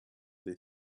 they